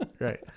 Right